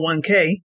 401k